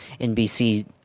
NBC